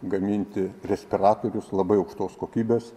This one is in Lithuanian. gaminti respiratorius labai aukštos kokybės